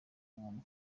umuntu